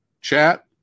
Chat